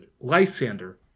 Lysander